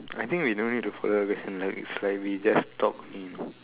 I think we don't need to follow as in like we just talk only